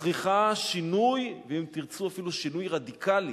צריכה שינוי, ואם תרצו, אפילו שינוי רדיקלי,